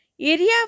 area